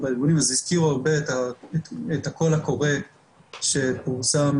איל הזכיר את הקול הקורא שפורסם